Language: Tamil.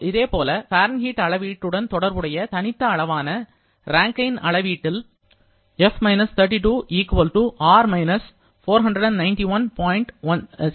இதேபோல ஃபாரன்ஹீட் அளவீட்டுடன் தொடர்புடைய தனித்த அளவான ரேங்கைன் அளவீட்டில் F - 32 R - 491